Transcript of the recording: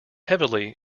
heavily